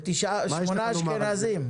שמונה אשכנזים?